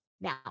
now